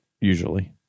usually